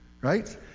Right